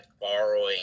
borrowing